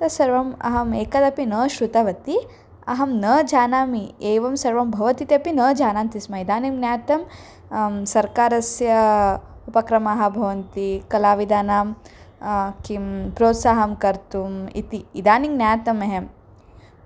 तत्सर्वम् अहम् एकदपि न श्रुतवती अहं न जानामि एवं सर्वं भवति तेपि न जानान्ति स्म इदानीं ज्ञातं सर्वकारस्य उपक्रमाः भवन्ति कलाविधानां किं प्रोत्साहं कर्तुम् इति इदानीं ज्ञातम् अहं